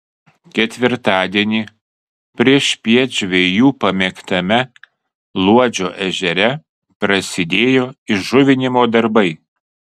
ketvirtadienį priešpiet žvejų pamėgtame luodžio ežere prasidėjo įžuvinimo darbai